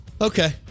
Okay